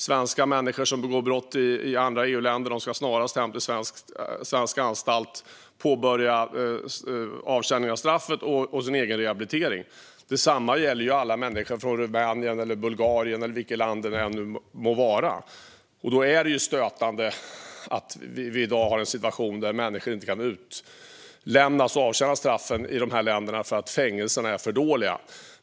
Svenska människor som begår brott i andra EU-länder ska snarast hem till svensk anstalt och påbörja avtjänandet av straffet och sin egen rehabilitering. Detsamma gäller alla människor från Rumänien, Bulgarien eller vilket land det än må vara. Då är det stötande att vi i dag har en situation där människor inte kan utlämnas och avtjäna straffen i de här länderna för att fängelserna är för dåliga.